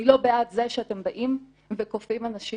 אני לא בעד זה שאתם באים וכופים על נשים